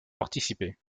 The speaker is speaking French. participé